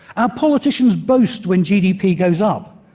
our politicians boast when gdp goes up.